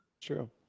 True